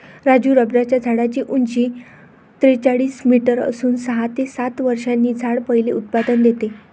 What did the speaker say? राजू रबराच्या झाडाची उंची त्रेचाळीस मीटर असून सहा ते सात वर्षांनी झाड पहिले उत्पादन देते